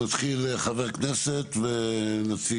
חבר הכנסת נאור שירי,